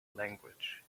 language